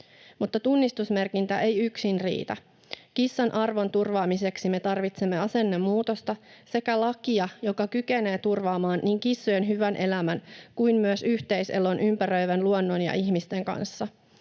Mutta tunnistusmerkintä ei yksin riitä. Kissan arvon turvaamiseksi me tarvitsemme asennemuutosta sekä lakia, joka kykenee turvaamaan niin kissojen hyvän elämän kuin myös yhteiselon ympäröivän luonnon ja ihmisten kanssa.